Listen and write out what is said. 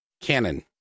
Canon